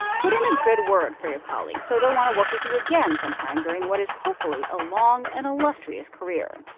put in a good word for your colleagues so they'll want to work with you again sometime during what is hopefully a long and illustrious career